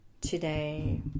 today